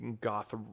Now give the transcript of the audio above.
goth